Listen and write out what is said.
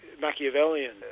Machiavellian